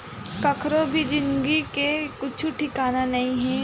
कखरो भी जिनगी के कुछु ठिकाना नइ हे